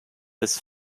his